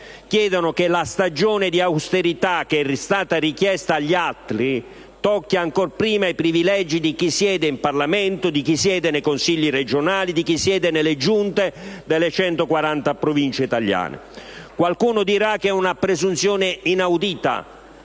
Chiedono che la stagione di austerità richiesta agli altri tocchi ancor prima i privilegi di chi siede in Parlamento, di chi siede nei Consigli regionali e nelle Giunte delle 110 Province italiane. Qualcuno dirà che è una presunzione inaudita.